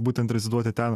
būtent reziduoti ten